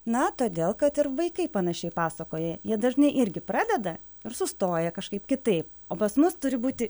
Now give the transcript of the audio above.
na todėl kad ir vaikai panašiai pasakoja jie dažnai irgi pradeda ir sustoja kažkaip kitaip o pas mus turi būti